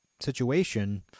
situation